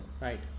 right